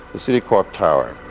the citicorp tower